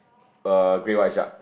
a great white shark